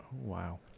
wow